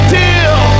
deal